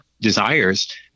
desires